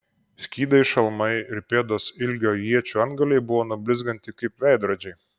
skydai šalmai ir pėdos ilgio iečių antgaliai buvo nublizginti kaip veidrodžiai